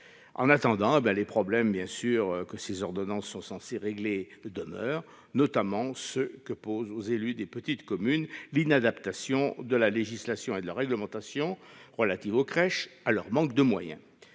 En attendant, les problèmes que ces ordonnances sont censées régler demeurent, notamment ceux que pose aux élus des petites communes l'inadaptation de la législation et de la réglementation relatives aux crèches et à leur manque de moyens.